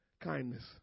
Kindness